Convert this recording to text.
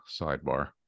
sidebar